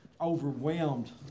overwhelmed